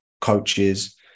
coaches